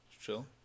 Chill